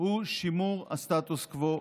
שימור הסטטוס קוו הקיים.